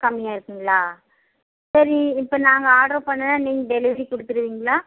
கம்மியாக இருக்குங்களா சரி இப்போ நாங்கள் ஆர்டரு பண்ணா நீங்க டெலிவரி கொடுத்துடுங்கவீங்ளா